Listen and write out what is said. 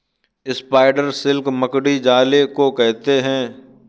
spider silk मकड़ी जाले को कहते हैं